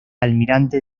almirante